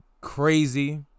crazy